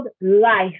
life